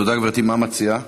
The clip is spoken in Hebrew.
תודה, גברתי, מה את מציעה?